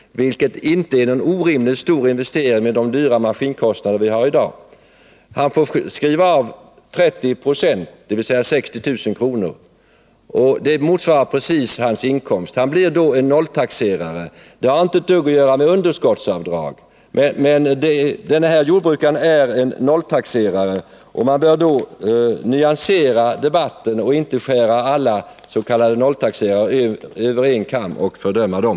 — vilket inte är en orimligt stor investering med de dyra maskinkostnader vi har i dag. Han får skriva av 30 96, dvs. 60 000 kr., och det motsvarar precis hans inkomst. Han blir då en nolltaxerare. Det har inte ett dugg att göra med underskottsavdrag, men denne jordbrukare är också en nolltaxerare, och man bör därför nyansera debatten och inte skära alla s.k. nolltaxerare över en kam och fördöma dem.